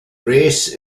race